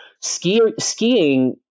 skiing